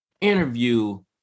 interview